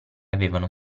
avevano